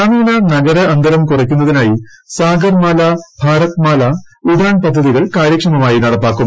ഗ്രാമീണ നഗര അന്തരം കുറയ്ക്കുന്നതിനായി സാഗർമാല ഭാരത് മാല ഉഡാൻ പദ്ധതികൾ കാര്യക്ഷമമായി നടപ്പാക്കും